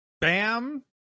bam